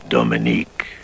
Dominique